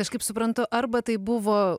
aš kaip suprantu arba tai buvo